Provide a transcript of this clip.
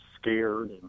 scared